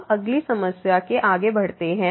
अब अगली समस्या के आगे बढ़ते हैं